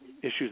issues